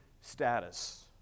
status